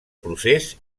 procés